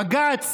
הבג"ץ